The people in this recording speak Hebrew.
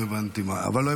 לא הבנתי.